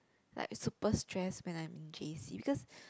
like super stress when I'm in J_C because